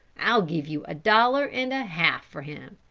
i'll give you a dollar and a half for him.